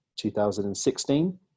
2016